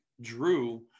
drew